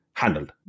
handled